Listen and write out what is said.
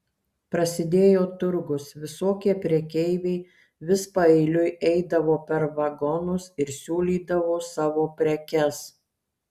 prasidėjo turgus visokie prekeiviai vis paeiliui eidavo per vagonus ir siūlydavo savo prekes